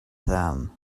them